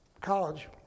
college